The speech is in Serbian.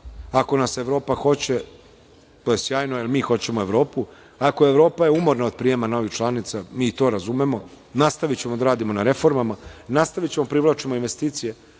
Ako nas Evropa hoće to je sjajno, jer mi hoćemo Evropu. Ako je Evropa umorna od prijema novih članica, mi to razumemo, nastavićemo da radimo na reformama. Nastavićemo da privlačimo investicije,